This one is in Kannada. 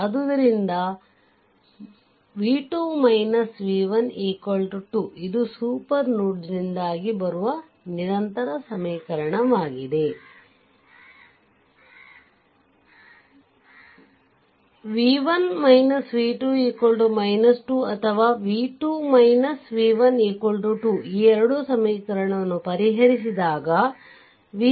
ಆದ್ದರಿಂದ 0 ಅಂದರೆ v2 v1 2ಇದು ಈ ಸೂಪರ್ ನೋಡ್ನಿಂದಾಗಿ ಬರುವ ನಿರಂತರ ಸಮೀಕರಣವಾಗಿದೆ ಆದುದರಿಂದ v1 v2 2 ಅಥವಾ v2 v1 2 ಈ ಎರಡು ಸಮೀಕರಣವನ್ನು ಪರಿಹರಿಸಿದಾಗ v1 7